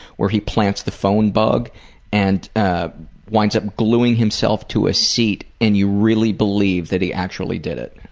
where he plants the phone bug and winds up gluing himself to a seat and you really believe that he actually did it.